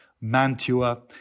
Mantua